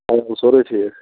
اَوا سورُے ٹھیٖک